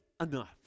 enough